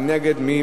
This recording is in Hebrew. מי נגד?